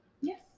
Yes